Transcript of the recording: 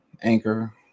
Anchor